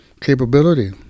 capability